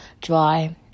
dry